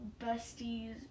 besties